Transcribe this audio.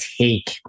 take